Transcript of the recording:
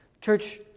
Church